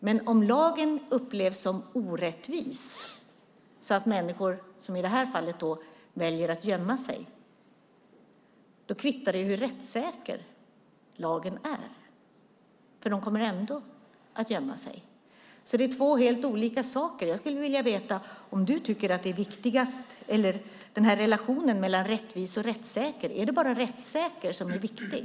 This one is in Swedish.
Men om lagen upplevs som orättvis så att människor, som i detta fall, väljer att gömma sig, kvittar det hur rättssäker lagen är. De kommer ändå att gömma sig. Det är två helt olika saker. Jag skulle vilja veta vad du tycker om relationen mellan rättvis och rättssäker. Är det bara rättssäkerheten som är viktig?